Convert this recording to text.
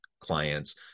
clients